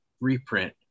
reprint